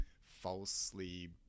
falsely